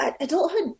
adulthood